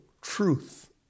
truth